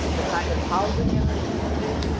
the kind of housing in the community,